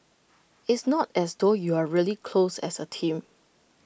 it's not as though you're really close as A team